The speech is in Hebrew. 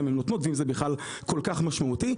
הן נותנות ואם זה בכלל כל כך משמעותי.